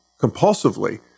compulsively